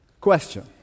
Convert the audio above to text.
Question